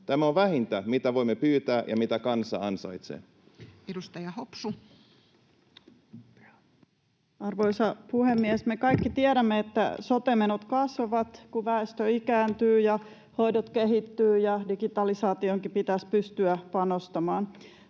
ja terveyspalvelujen pelastamisesta Time: 16:48 Content: Arvoisa puhemies! Me kaikki tiedämme, että sote-menot kasvavat, kun väestö ikääntyy ja hoidot kehittyvät ja digitalisaatioonkin pitäisi pystyä panostamaan.